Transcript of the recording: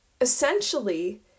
essentially